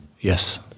Yes